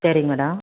சரி மேடம்